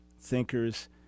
thinkers